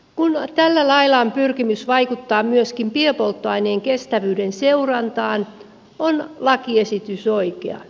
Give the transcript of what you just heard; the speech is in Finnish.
kun tällä lailla on pyrkimys vaikuttaa myöskin biopolttoaineen kestävyyden seurantaan on lakiesitys oikea